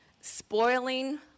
spoiling